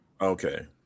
Okay